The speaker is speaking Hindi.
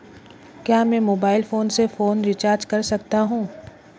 क्या मैं मोबाइल फोन से फोन रिचार्ज कर सकता हूं?